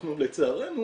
אנחנו לצערנו